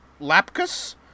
Lapkus